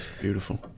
Beautiful